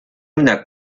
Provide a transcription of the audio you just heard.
una